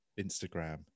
Instagram